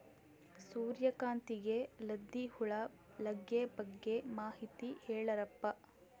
ಸೂರ್ಯಕಾಂತಿಗೆ ಲದ್ದಿ ಹುಳ ಲಗ್ಗೆ ಬಗ್ಗೆ ಮಾಹಿತಿ ಹೇಳರಪ್ಪ?